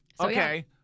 Okay